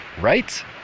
right